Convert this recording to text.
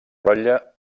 rotlle